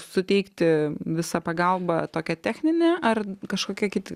suteikti visą pagalbą tokią techninę ar kažkokie kiti